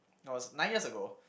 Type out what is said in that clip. no it was nine years ago